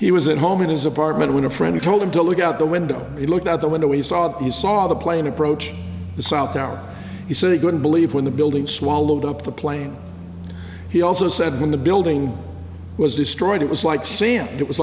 he was at home in his apartment when a friend told him to look out the window he looked out the window he saw he saw the plane approach the south tower he said he couldn't believe when the building swallowed up the plane he also said when the building was destroyed it was like seeing it was